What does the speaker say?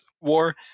War